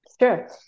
Sure